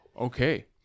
okay